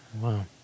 Wow